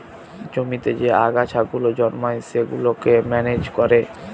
জমিতে যে আগাছা গুলো জন্মায় সেগুলোকে ম্যানেজ করে